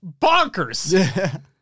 bonkers